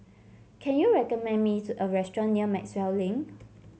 can you recommend me a restaurant near Maxwell Link